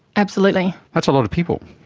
absolutely. that's a lot of people.